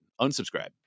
Unsubscribe